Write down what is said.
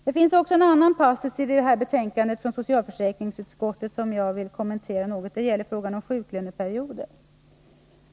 Det finns också en annan passus i detta betänkande från socialförsäkringsutskottet som jag något vill kommentera. Det gäller frågan om sjuklöneperioder.